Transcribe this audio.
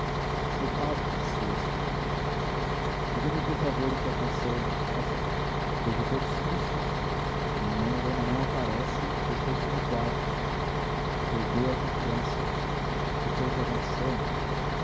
seu padre disse este diga-me por favor o que aconteceu em casa vejo todos tristes nhanhã helena não aparece fechou-se no quarto me perdoe a confiança o que foi que aconteceu